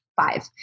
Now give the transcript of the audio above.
five